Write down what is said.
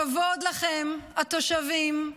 כבוד לכם, התושבים,